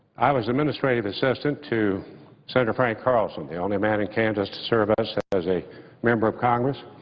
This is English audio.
i was administrative assistant to senator frank carlson, the only man in kansas to serve as as a member of congress,